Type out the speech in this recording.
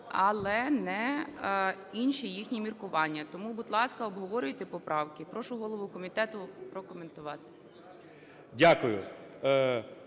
але не інші їхні міркування. Тому, будь ласка, обговорюйте поправки. Прошу голову комітету прокоментувати.